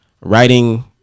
writing